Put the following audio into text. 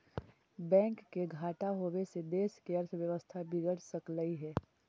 bank के घाटा होबे से देश के अर्थव्यवस्था बिगड़ सकलई हे